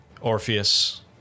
Orpheus